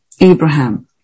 Abraham